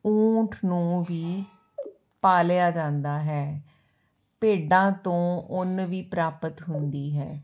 ਊਠ ਨੂੰ ਹੀ ਪਾਲਿਆ ਜਾਂਦਾ ਹੈ ਭੇਡਾਂ ਤੋਂ ਉੱਨ ਵੀ ਪ੍ਰਾਪਤ ਹੁੰਦੀ ਹੈ